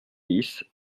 dix